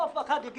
אף אחד לא אמר לי.